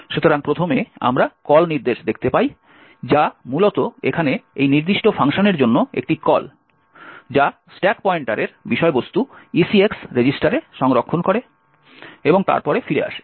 সুতরাং প্রথমে আমরা কল নির্দেশ দেখতে পাই যা মূলত এখানে এই নির্দিষ্ট ফাংশনের জন্য একটি কল যা স্ট্যাক পয়েন্টারের বিষয়বস্তু ECX রেজিস্টারে সংরক্ষণ করে এবং তারপরে ফিরে আসে